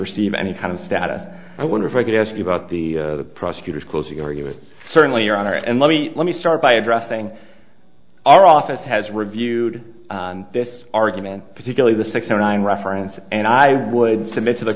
receive any kind of status i wonder if i could ask you about the prosecutor's closing argument certainly your honor and let me let me start by addressing our office has reviewed this argument particularly the six hundred nine reference and i would submit to the